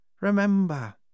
Remember